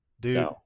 Dude